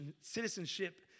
citizenship